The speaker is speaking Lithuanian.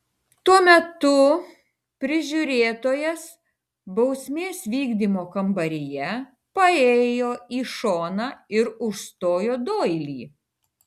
tuo metu prižiūrėtojas bausmės vykdymo kambaryje paėjo į šoną ir užstojo doilį